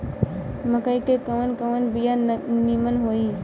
मकई के कवन कवन बिया नीमन होई?